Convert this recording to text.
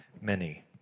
many